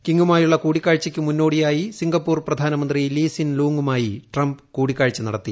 കിംങുമായുള്ള കൂടിക്കാഴ്ചയ്ക്ക് മുന്നോടിയായി സിംഗപ്പൂർ പ്രധാനമന്ത്രി ലീസീൻ ലൂങുമായി ട്രംപ് കൂടിക്കാഴ്ച നടത്തി